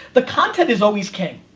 the content is always king.